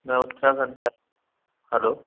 मैं उत्तराखंड से हेलो